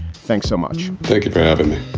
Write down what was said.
thanks so much. thank you for having me